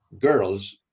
girls